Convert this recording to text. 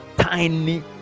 tiny